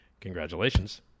congratulations